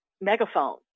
megaphone